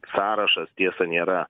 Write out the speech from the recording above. sąrašas tiesa nėra